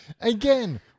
Again